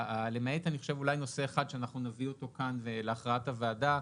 למעט נושא אחד שנביא אותו לכאן להכרעת הוועדה,